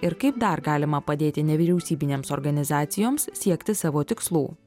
ir kaip dar galima padėti nevyriausybinėms organizacijoms siekti savo tikslų